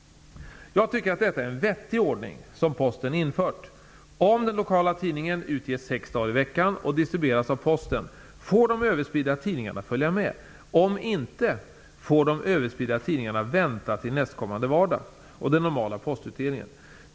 Jag tycker detta är en vettig ordning som Posten infört. Om den lokala tidningen utges sex dagar i veckan och distribueras av Posten, får de överspridda tidningarna följa med. Om inte, får de överspridda tidningarna vänta till nästkommande vardag och den normala postutdelningen.